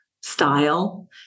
style